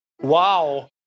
Wow